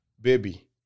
Baby